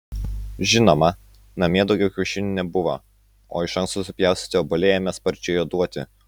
žinoma namie daugiau kiaušinių nebuvo o iš anksto supjaustyti obuoliai ėmė sparčiai juoduoti